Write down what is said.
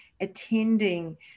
Attending